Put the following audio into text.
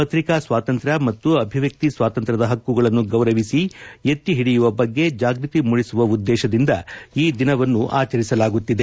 ಪತ್ರಿಕಾ ಸ್ವಾತಂತ್ರ್ಯ ಮತ್ತು ಅಭಿವ್ಯಕ್ತಿ ಸ್ವಾತಂತ್ರ್ಯದ ಹಕ್ಕುಗಳನ್ನು ಗೌರವಿಸಿ ಎತ್ತಿ ಹಿಡಿಯುವ ಬಗ್ಗೆ ಜಾಗೃತಿ ಮೂಡಿಸುವ ಉದ್ದೇಶದಿಂದ ಈ ದಿನವನ್ನು ಆಚರಿಸಲಾಗುತ್ತಿದೆ